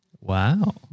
Wow